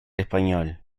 español